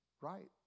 Right